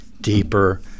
deeper